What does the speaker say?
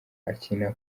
akina